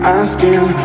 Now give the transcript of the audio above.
asking